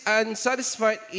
unsatisfied